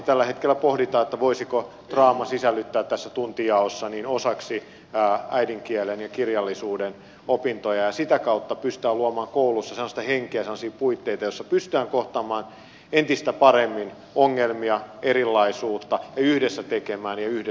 tällä hetkellä pohditaan voisiko draaman sisällyttää tässä tuntijaossa osaksi äidinkielen ja kirjallisuuden opintoja ja sitä kautta pystyttäisiin luomaan kouluissa sellaista henkeä sellaisia puitteita joissa pystytään kohtaamaan entistä paremmin ongelmia erilaisuutta ja yhdessä tekemään ja yhdessä oppimaan